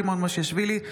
סימון מושיאשוילי,